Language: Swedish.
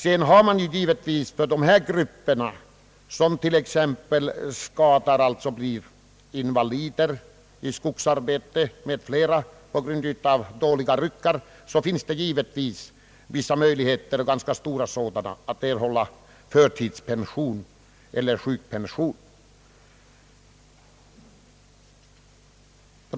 Därtill kommer att det givetvis för sådana som skadats i skogsarbetet eller blivit invalider på grund av dåliga ryggar etc. finns ganska stora möjligheter att erhålla förtidspension eller sjukpension.